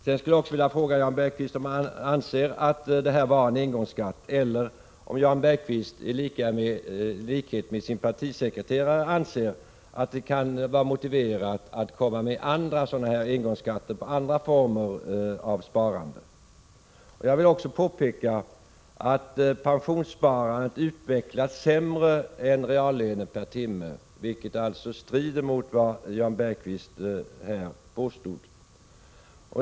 Jag skulle också vilja fråga Jan Bergqvist om han anser att denna skatt var en engångsskatt eller om han i likhet med sin partisekreterare anser att det kan vara motiverat att ta ut andra engångsskatter på andra former av sparande. Jag vill också påpeka, att pensionssparandet utvecklats sämre än reallönerna per timme, vilket alltså strider mot vad Jan Bergqvist här påstod.